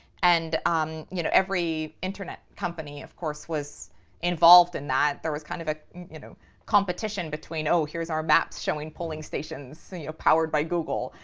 and um you know, every internet company, of course, was involved in that. there was kind of a you know competition between, oh, here's our maps showing polling stations powered by google.